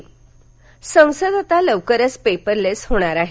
कामद संसद आता लवकरच पेपरलेस होणार आहे